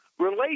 Relate